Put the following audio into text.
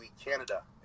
Canada